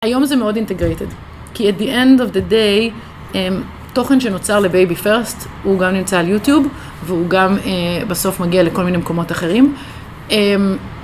היום זה מאוד אינטגריטד כי at the end of the day, תוכן שנוצר לבייבי פרסט הוא גם נמצא על יוטיוב והוא גם בסוף מגיע לכל מיני מקומות אחרים.